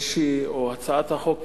או הצעת החוק,